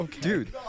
Dude